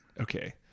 okay